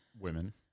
women